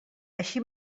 així